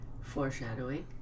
foreshadowing